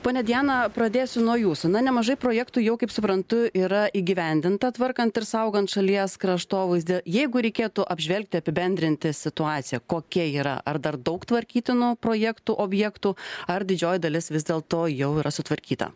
ponia diana pradėsiu nuo jūsų na nemažai projektų jau kaip suprantu yra įgyvendinta tvarkant ir saugant šalies kraštovaizdį jeigu reikėtų apžvelgti apibendrinti situaciją kokia yra ar dar daug tvarkytinų projektų objektų ar didžioji dalis vis dėlto jau yra sutvarkyta